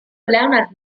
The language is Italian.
leonard